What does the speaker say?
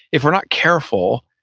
if we're not careful,